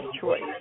choice